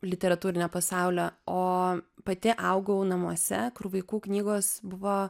literatūrinio pasaulio o pati augau namuose kur vaikų knygos buvo